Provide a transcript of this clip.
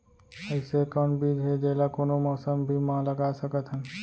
अइसे कौन बीज हे, जेला कोनो मौसम भी मा लगा सकत हन?